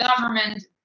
government